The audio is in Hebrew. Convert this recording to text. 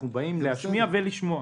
אנחנו באים להשמיע ולשמוע.